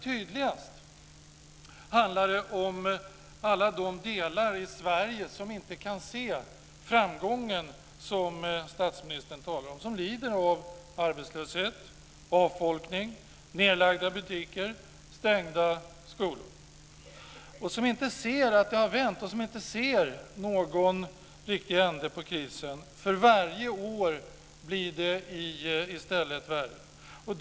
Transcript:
Tydligast handlar det om alla delar i Sverige där man inte kan se den framgång som statsministern talar om, där man lider av arbetslöshet, avfolkning, nedlagda butiker och stängda skolor. Där ser man inte att det har vänt. Där ser man inte någon riktig ände på krisen. I stället blir det värre för varje år.